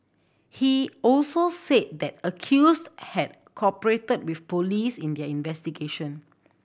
he also said the accused had cooperated with police in their investigation